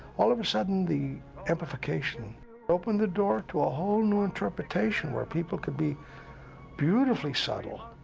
all of a sudden the amplification opened the door to a whole new interpretation where people could be beautifully subtle,